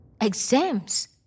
Exams